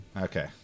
Okay